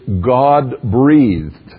God-breathed